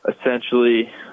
essentially